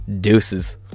Deuces